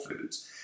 Foods